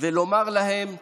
ולומר להם תודה.